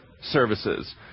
services